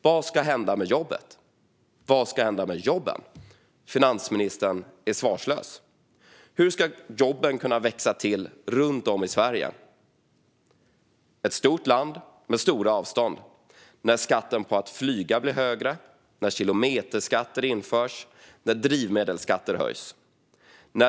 Vad ska hända med jobben? Finansministern är svarslös. Hur ska jobben kunna växa till runt om i Sverige, ett land med stora avstånd, när flygskatten blir högre, när kilometerskatter införs och när drivmedelsskatter höjs?